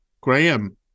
Graham